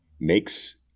makes